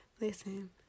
listen